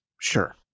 Sure